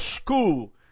school